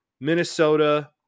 Minnesota